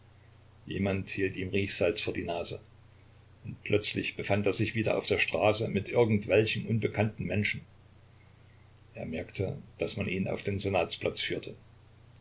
jemand hielt ihm riechsalz vor die nase und plötzlich befand er sich wieder auf der straße mit irgendwelchen unbekannten menschen er merkte daß man ihn auf den senatsplatz führte